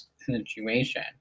situation